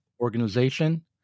organization